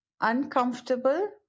uncomfortable